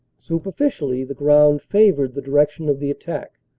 superficially the ground favored the direction of the attack,